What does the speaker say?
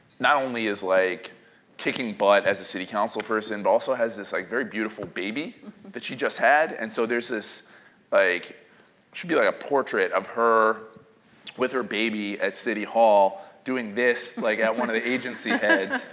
not only is like kicking butt as a city council person, but also has this like very beautiful baby that she just had, and so there's this but like should be like a portrait of her with her baby at city hall doing this like at one of the agency ads.